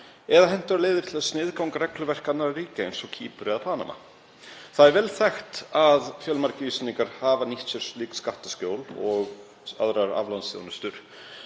eða hentugar leiðir til að sniðganga regluverk annarra ríkja eins og Kýpur eða Panama. Það er vel þekkt að fjölmargir Íslendingar hafa nýtt sér slík skattaskjól og aðrar aflandsþjónustur.